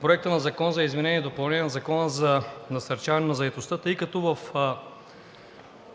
Законопроекта за изменение и допълнение на Закона за насърчаване на заетостта, тъй като в